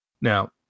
Now